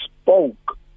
spoke